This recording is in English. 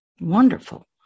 wonderful